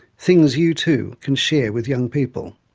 things you, too, can share with young people.